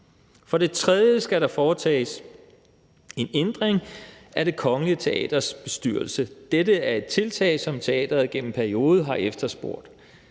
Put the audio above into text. For det tredje skal der foretages en ændring af Det Kongelige Teaters bestyrelse. Dette er et tiltag, som teateret gennem en periode har efterspurgt.